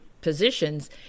positions